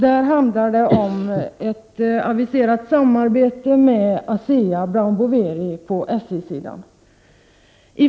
Det handlar om ett aviserat samarbete med ASEA-Brown Boveri på SJ-sidan.